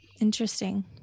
interesting